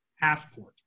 passport